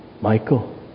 Michael